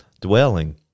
dwelling